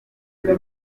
buri